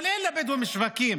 אבל אין לבדואים שווקים.